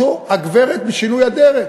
אותה הגברת בשינוי אדרת.